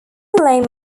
name